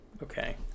Okay